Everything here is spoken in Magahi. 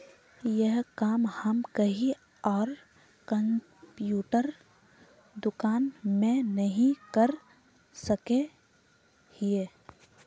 ये काम हम कहीं आर कंप्यूटर दुकान में नहीं कर सके हीये?